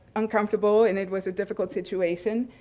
uncomfortable and it was a difficult situation.